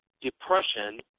depression